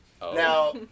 Now